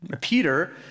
Peter